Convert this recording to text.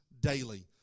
daily